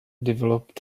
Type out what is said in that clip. developed